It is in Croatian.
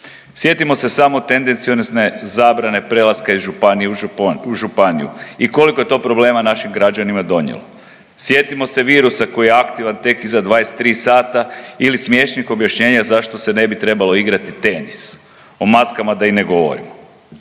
Sjetimo se samo tendenciozne zabrane prelaska iz županije u županiju i koliko je to problema našim građanima donijelo. Sjetimo se virusa koji je aktivan tek iza 23h ili smiješnih objašnjenja zašto se ne bi trebalo igrati tenis, o maskama da i ne govorimo.